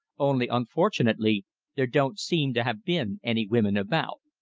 only unfortunately there don't seem to have been any women about.